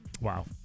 Wow